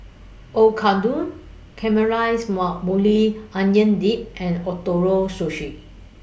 Oyakodon Caramelized Maui Onion Dip and Ootoro Sushi